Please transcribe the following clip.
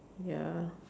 ya